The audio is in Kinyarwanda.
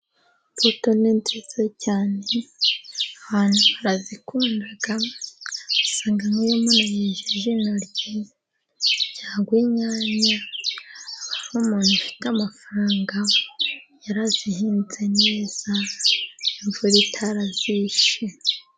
Imbuto ni nziza cyane, abantu barazikunda, usanga nk'iyo umuntu yejeje intoryi cyangwa inyanya, aba ari umuntu ufite amafaranga, yarazihinze neza, imvura itarazishe.